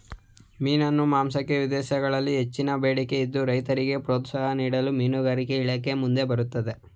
ಮೀನಿನ ಮಾಂಸಕ್ಕೆ ವಿದೇಶಗಳಲ್ಲಿ ಹೆಚ್ಚಿನ ಬೇಡಿಕೆ ಇದ್ದು, ರೈತರಿಗೆ ಪ್ರೋತ್ಸಾಹ ನೀಡಲು ಮೀನುಗಾರಿಕೆ ಇಲಾಖೆ ಮುಂದೆ ಬರುತ್ತಿದೆ